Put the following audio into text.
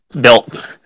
built